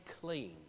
clean